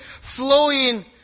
flowing